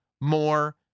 more